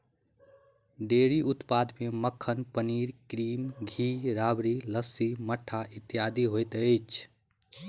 dairy उत्पाद मे मक्खन, पनीर, क्रीम, घी, राबड़ी, लस्सी, मट्ठा इत्यादि होइत अछि